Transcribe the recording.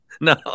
No